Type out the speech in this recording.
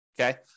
okay